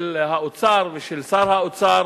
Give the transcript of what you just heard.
של האוצר ושל שר האוצר,